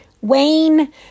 Wayne